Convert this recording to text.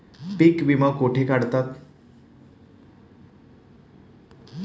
पीक विमा कुठे काढतात?